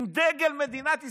עם דגל מדינת ישראל,